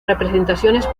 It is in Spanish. representaciones